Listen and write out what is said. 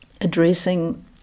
addressing